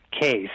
case